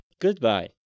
Goodbye